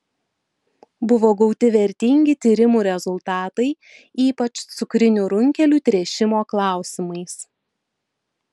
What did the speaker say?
buvo gauti vertingi tyrimų rezultatai ypač cukrinių runkelių tręšimo klausimais